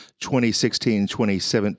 2016-2017